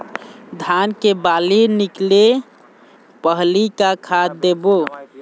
धान के बाली निकले पहली का खाद देबो?